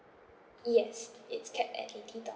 yes it's capped at eighty dollars